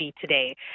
today